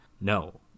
no